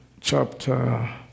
chapter